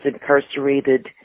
incarcerated